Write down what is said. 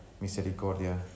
misericordia